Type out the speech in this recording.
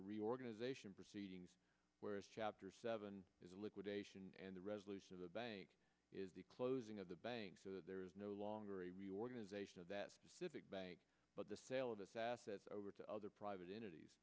organization proceedings whereas chapter seven is liquidation and the resolution of the bank is the closing of the bank so that there is no longer organization of that bank but the sale of its assets over to other private entities